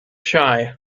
shy